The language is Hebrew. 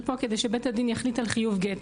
פה בשביל שבית הדין יחליט על חיוב גט.